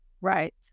Right